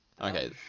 Okay